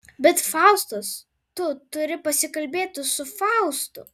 bet faustas tu turi pasikalbėti su faustu